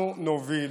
אנחנו נוביל